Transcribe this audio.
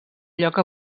lloc